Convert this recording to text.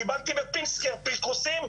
קיבלתי בפינסקר פירקוסים,